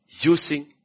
using